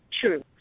true